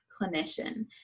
clinician